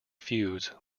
feuds